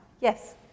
Yes